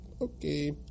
Okay